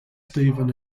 stephen